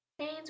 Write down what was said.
Chains